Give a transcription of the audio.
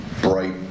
bright